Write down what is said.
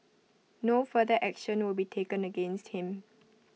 no further action will be taken against him